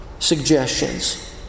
suggestions